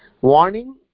warning